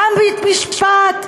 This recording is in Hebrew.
גם בית-משפט,